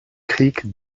crique